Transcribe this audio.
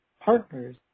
partners